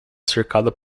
cercada